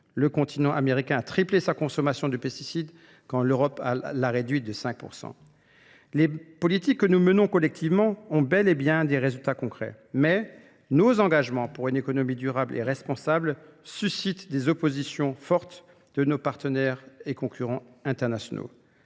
Le continent américain a triplé sa consommation de pesticides quand l'Europe l'a réduite de 5%. Les politiques que nous menons collectivement ont bel et bien des résultats concrets, mais nos engagements pour une économie durable et responsable suscitent des oppositions fortes de nos partenaires et concurrents internationaux.